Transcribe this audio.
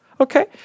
okay